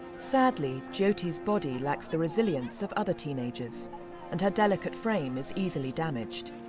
sadly jyoti's body lacks the resilience of other teenagers and her delicate frame is easily damaged.